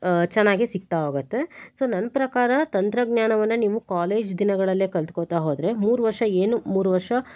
ಚೆನ್ನಾಗಿ ಸಿಗ್ತಾ ಹೋಗುತ್ತೆ ಸೋ ನನ್ನ ಪ್ರಕಾರ ತಂತ್ರಜ್ಞಾನವನ್ನು ನೀವು ಕಾಲೇಜ್ ದಿನಗಳಲ್ಲೇ ಕಲ್ತ್ಕೊಳ್ತಾ ಹೋದರೆ ಮೂರು ವರ್ಷ ಏನು ಮೂರು ವರ್ಷ